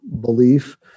belief